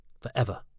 Forever